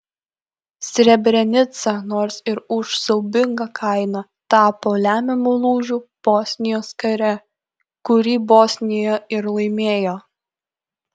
srebrenica nors ir už siaubingą kainą tapo lemiamu lūžiu bosnijos kare kurį bosnija ir laimėjo